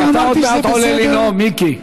אתה עוד מעט עולה לנאום, מיקי.